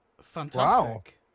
Fantastic